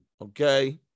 Okay